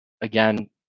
again